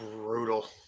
brutal